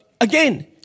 again